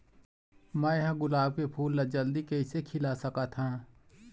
मैं ह गुलाब के फूल ला जल्दी कइसे खिला सकथ हा?